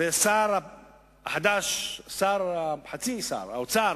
והשר החדש, חצי שר האוצר,